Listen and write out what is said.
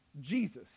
Jesus